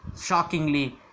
shockingly